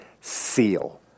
seal